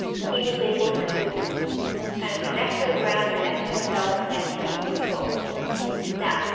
he was able to kind of connect to the ground, connect to himself, and be in control now,